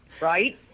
right